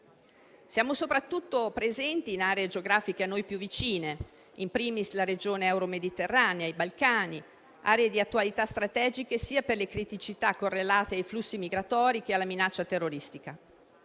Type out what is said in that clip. Siamo soprattutto presenti in aree geografiche a noi più vicine; *in primis*, la regione euromediterranea, i Balcani, aree di attualità strategiche sia per le criticità correlate ai flussi migratori che alla minaccia terroristica.